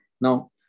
Now